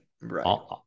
right